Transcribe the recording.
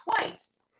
twice